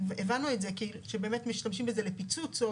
הבנו את זה שבאמת משתמשים בזה לפיצוץ או